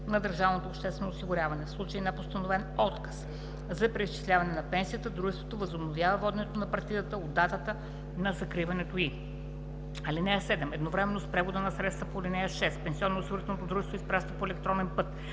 на държавното обществено осигуряване. В случай на постановен отказ за преизчисляване на пенсията дружеството възобновява воденето на партидата от датата на закриването й. (7) Едновременно с превода на средствата по ал. 6 пенсионноосигурителното дружество изпраща по електронен път